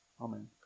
Amen